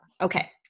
Okay